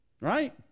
right